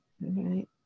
right